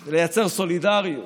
זה לייצר סולידריות,